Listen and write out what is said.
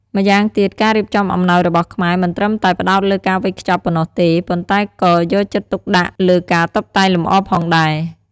ម្យ៉ាងទៀត ការរៀបចំអំណោយរបស់ខ្មែរ មិនត្រឹមតែផ្តោតលើការវេចខ្ចប់ប៉ុណ្ណោះទេ ប៉ុន្តែក៏យកចិត្តទុកដាក់លើការតុបតែងលម្អផងដែរ។